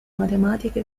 matematica